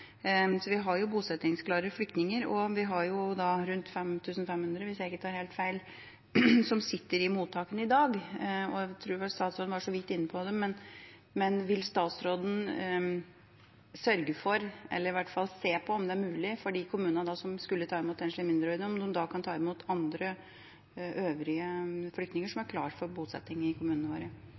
så vidt var inne på det, men vil statsråden se på om det er mulig for de kommunene som skulle ta imot enslige mindreårige, å ta imot andre, øvrige flyktninger som er klare for bosetting i kommunene våre?